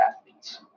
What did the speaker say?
athletes